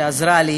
שעזרה לי